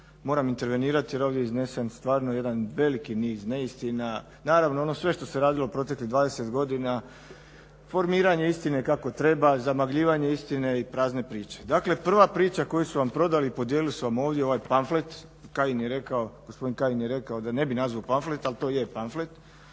moram intervenirati jer ovdje je iznesen stvarno jedan veliki niz neistina. Naravno, ono sve što se radilo proteklih 20 godina, formiranje istine kako treba, zamagljivanje istine i prazne priče. Dakle, prva priča koju su vam prodali i podijelili su vam ovdje ovaj pamflet, gospodin Kajin je rekao da ne bi nazvao pamflet ali to je pamflet.